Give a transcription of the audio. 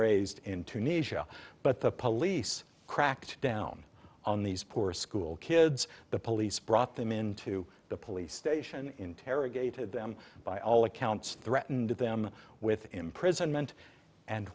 raised in tunisia but the police cracked down on these poor school kids the police brought them into the police station interrogated them by all accounts threatened them with imprisonment and